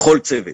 בכל צוות